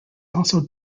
also